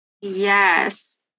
Yes